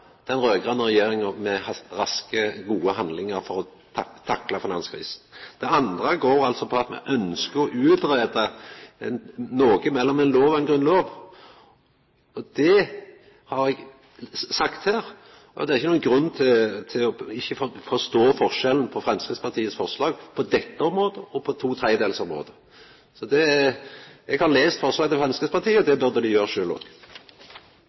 den raud-grøne regjeringa i å gjera raske, gode handlingar for å takla finanskrisa. Det andre går altså på at me ønskjer å utgreia noko mellom ei lov og ei grunnlov. Det har eg sagt her, og det er ikkje nokon grunn til ikkje å forstå forskjellen på Framstegspartiets forslag på dette området og på to tredelsområdet. Eg har lese forslaget til Framstegspartiet – og det bør dei gjere sjølv òg. Flere har ikke bedt om ordet til